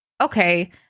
okay